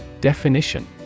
Definition